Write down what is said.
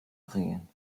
bringen